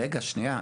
רגע, שנייה.